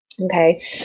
Okay